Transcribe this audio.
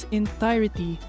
entirety